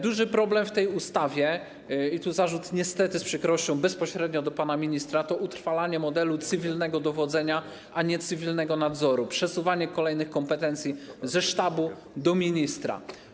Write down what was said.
Duży problem związany z tą ustawą - i tu zarzut, zwracam się niestety z przykrością bezpośrednio do pana ministra - to utrwalanie modelu cywilnego dowodzenia, a nie cywilnego nadzoru, przesuwanie kolejnych kompetencji ze sztabu do ministra.